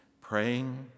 praying